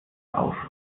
auf